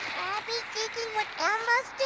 abby thinking what elmo's